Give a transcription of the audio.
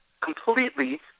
completely